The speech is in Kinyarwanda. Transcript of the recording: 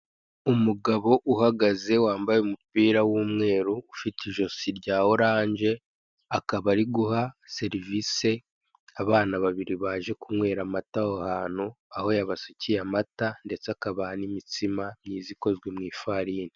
Umugabo uhagaze wambaye umupira w'umweru ufite ijosi rya oranje akaba ari guha serivise abana babiri baje kunkwera amata aho hantu, aho yabasukiye amata ndetse akabaha n'imitsima myiza ikozwe mw'ifarini.